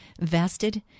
vested